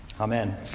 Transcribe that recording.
Amen